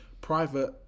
private